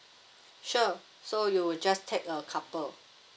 sure so you will just take a couple